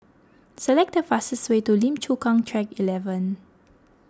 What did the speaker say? select the fastest way to Lim Chu Kang Track eleven